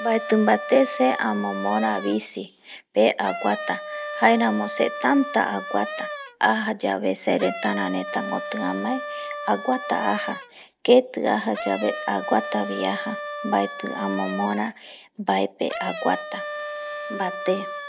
Baeti bate se amomora bicipe aguata jaeramo se tata aguata, aja yave seretara reta koti amae aguata, keti aja yave aguata bi aja nbaeti amomora baepe aguata vate